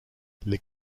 les